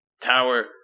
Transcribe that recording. Tower